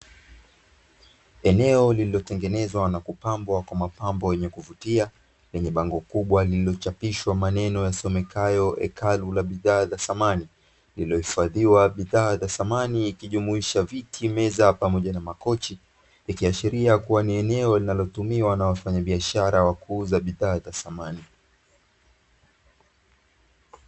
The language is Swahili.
Eneo lililotengenezwa na kupambwa kwa mapambo yenye kuvutia yenye bango kubwa lililochapishwa maneno yasomekayo "ekalu la bidhaa za samani", lililohifadhiwa bidhaa za samani ikijumuisha viti, meza pamoja na makochi ikiashiria kuwa ni eneo linalotumiwa na wafanyabiashara wa kuuza bidhaa za samani.